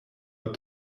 att